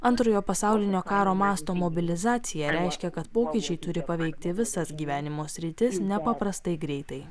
antrojo pasaulinio karo masto mobilizacija reiškia kad pokyčiai turi paveikti visas gyvenimo sritis nepaprastai greitai